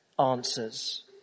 answers